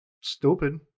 stupid